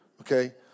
okay